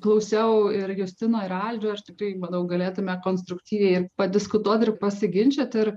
klausiau ir justino ir aldžio ir tikrai manau galėtume konstruktyviai padiskutuot ir pasiginčyt ir